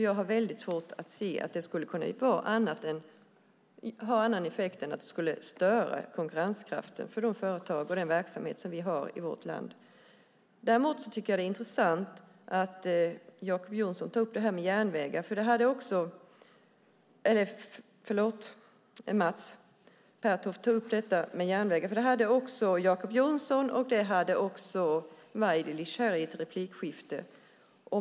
Jag har väldigt svårt att se att det skulle kunna ha annan effekt än att störa konkurrenskraften för de företag och den verksamhet som vi har i vårt land. Däremot är det intressant att Mats Pertoft tar upp detta med järnvägar. Det tog också Jacob Johnson och Tommy Waidelich upp i ett replikskifte.